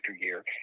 year